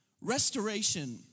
restoration